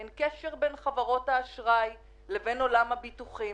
אין קשר בין חברות האשראי לבין עולם הביטוחים.